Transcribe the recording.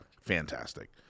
Fantastic